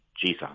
Jesus